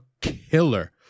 killer